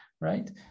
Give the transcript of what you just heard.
right